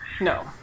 No